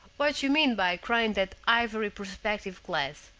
what you mean by crying that ivory perspective glass,